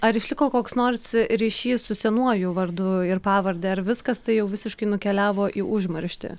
ar išliko koks nors ryšys su senuoju vardu ir pavarde ar viskas tai jau visiškai nukeliavo į užmarštį